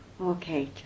Okay